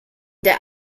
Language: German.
der